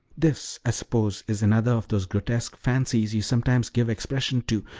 this, i suppose, is another of those grotesque fancies you sometimes give expression to,